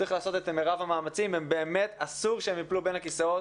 צריך לעשות את מרב המאמצים כי באמת אסור שהם ייפלו בין הכיסאות.